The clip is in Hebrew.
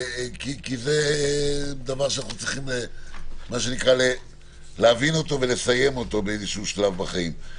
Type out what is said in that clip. כי זה דבר שאנחנו צריכים להבין ולסיים באיזשהו שלב בחיים.